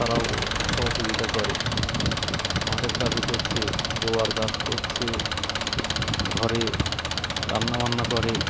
তারাও সহযোগিতা করে মাঠের কাজও করছে রোয়ার কাজ করছে ঘরে রান্না বান্না করে